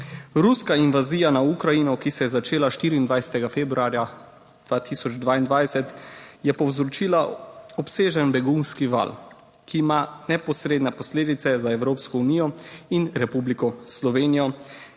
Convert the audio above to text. Ruska invazija na Ukrajino, ki se je začela 24. februarja 2022, je povzročila obsežen begunski val, ki ima neposredne posledice za Evropsko unijo in Republiko Slovenijo,